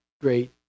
great